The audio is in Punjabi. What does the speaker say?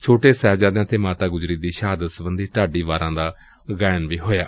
ਛੋਟੇ ਸਾਹਿਬਜ਼ਾਦਿਆਂ ਤੇ ਮਾਤਾ ਗੁਜਰੀ ਦੀ ਸ਼ਹਾਦਤ ਸਬੰਧੀ ਢਾਡੀ ਵਾਰਾਂ ਦਾ ਗਾਇਨ ਵੀ ਹੋਇਆ